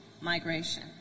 migration